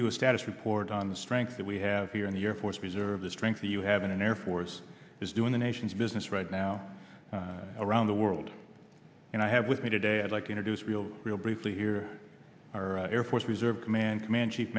you a status report on the strength that we have here in the air force reserve the strength that you have an air force is doing the nation's business right now around the world and i have with me today i'd like to introduce real real briefly here our air force reserve command command che